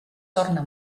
torna